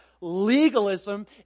Legalism